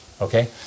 Okay